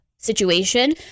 situation